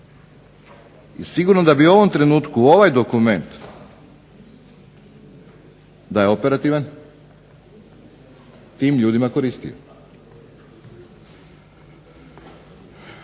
Sigurno da bi u ovom trenutku ovaj dokument, da je operativan, tim ljudima koristio.